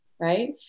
right